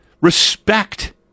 respect